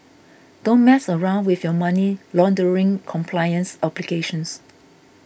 don't mess around with your money laundering compliance obligations